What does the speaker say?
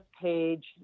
page